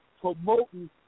promoting